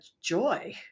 joy